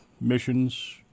missions